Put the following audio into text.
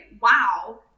wow